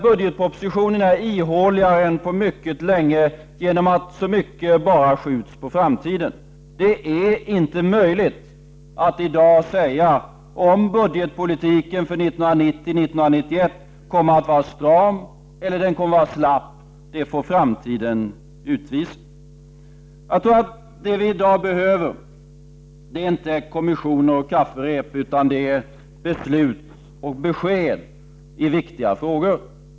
Budgetpropositionen är ihåligare än på mycket länge genom att så mycket bara skjuts på framtiden. Det är inte möjligt att i dag avgöra om budgetpolitiken för 1990/91 kommer att vara stram eller slapp. Det får framtiden utvisa. Jag tror att det vi i dag behöver inte är kommissioner och kafferep, utan det är beslut och besked i viktiga frågor.